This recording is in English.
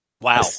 Wow